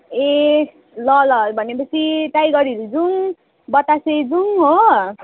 ए ल ल भने पछि टाइगर हिल जाऔँ बतासे जाऔँ हो